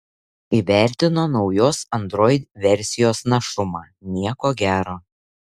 įvertino naujos android versijos našumą nieko gero